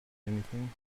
anything